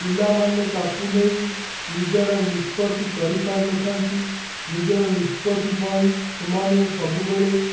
ପିଲାମାନେ ତାକୁ ନେଇ ନିଜର ନିଷ୍ପତି କରିପାରି ନଥାନ୍ତି ନିଜର ନିଷ୍ପତି ପାଇଁ ସେମାନେ ସବୁବେଳେ